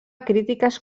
crítiques